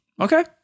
okay